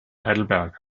heidelberg